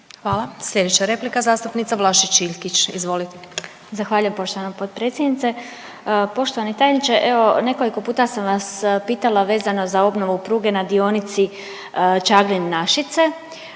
Hvala. Sljedeća replika, zastupnica Vlašić Iljkić, izvolite. **Vlašić Iljkić, Martina (SDP)** Zahvaljujem poštovana potpredsjednica. Poštovani tajniče, evo, nekoliko puta sam vas pitala vezano za obnovu pruge na dionici Čaglin-Našice.